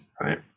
Right